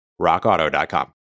rockauto.com